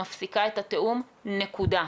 זה מה שיאפשר להם להגיש בקשה ישירות,